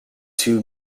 two